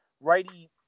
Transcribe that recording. righty